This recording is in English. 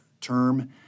term